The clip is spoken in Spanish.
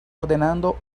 ordenando